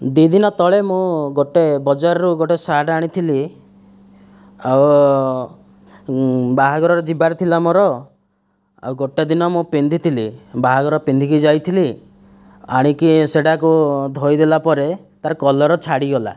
ଦୁଇ ଦିନ ତଳେ ମୁଁ ଗୋଟିଏ ବଜାରରୁ ଗୋଟିଏ ସାର୍ଟ ଆଣିଥିଲି ଆଉ ବାହାଘରରେ ଯିବାର ଥିଲା ମୋର ଆଉ ଗୋଟିଏ ଦିନ ମୁଁ ପିନ୍ଧିଥିଲି ବାହାଘର ପିନ୍ଧିକି ଯାଇଥିଲି ଆଣିକି ସେଟାକୁ ଧୋଇ ଦେଲା ପରେ ତା'ର କଲର୍ ଛାଡ଼ିଗଲା